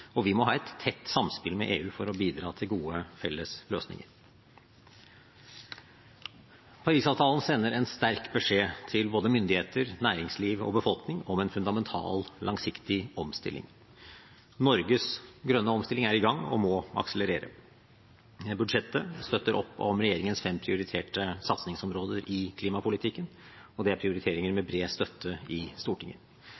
og vi må ha et tett samspill med EU for å bidra til gode felles løsninger. Paris-avtalen sender en sterk beskjed til både myndigheter, næringsliv og befolkning om en fundamental, langsiktig omstilling. Norges grønne omstilling er i gang og må akselerere. Budsjettet støtter opp om regjeringens fem prioriterte satsningsområder i klimapolitikken, og det er prioriteringer med bred støtte i Stortinget.